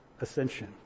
ascension